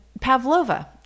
pavlova